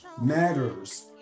matters